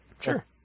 sure